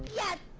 yet